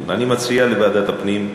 אני מציע לוועדת הפנים.